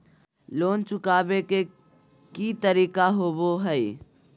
Loan चुकाबे के की तरीका होबो हइ?